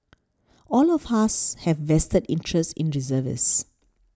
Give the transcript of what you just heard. all of us have a vested interest in reservist